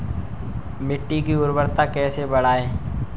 मिट्टी की उर्वरता कैसे बढ़ाएँ?